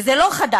וזה לא חדש.